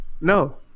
No